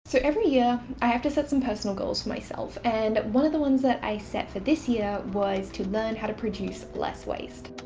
so every year i have to set some personal goals for myself, and one of the ones that i set for this year was to learn how to produce less waste.